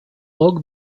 lock